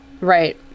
Right